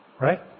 right